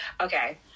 okay